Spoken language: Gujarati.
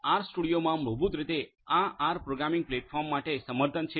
આરસ્ટુડિયોમાં મૂળભૂત રીતે આ આર પ્રોગ્રામિંગ પ્લેટફોર્મ માટે સમર્થન છે